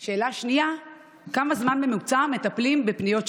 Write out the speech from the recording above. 2. כמה זמן בממוצע מטפלים בפניות שכאלה?